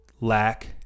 lack